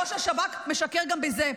ראש השב"כ משקר גם בזה,